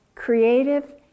creative